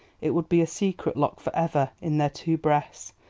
it would be a secret locked for ever in their two breasts,